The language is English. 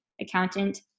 Accountant